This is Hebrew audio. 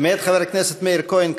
מאת חבר הכנסת מאיר כהן.